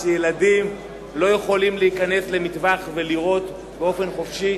שילדים לא יכולים להיכנס למטווח ולירות באופן חופשי,